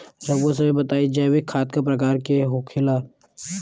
रउआ सभे बताई जैविक खाद क प्रकार के होखेला?